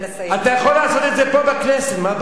אתה יכול לעשות את זה פה בכנסת, מה הבעיה?